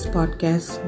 Podcast